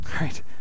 Right